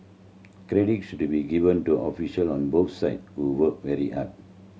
credit should be given to official on both side who worked very hard